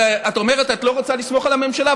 את אומרת שאת לא רוצה לסמוך על הממשלה,